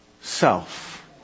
self